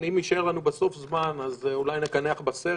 אם יישאר לנו בסוף זמן אז אולי נקנח בסרט,